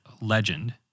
Legend